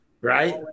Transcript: right